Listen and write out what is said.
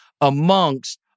amongst